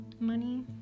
Money